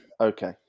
Okay